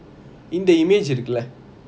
in the image இருக்குல்ல:irukula